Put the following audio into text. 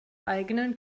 eigenen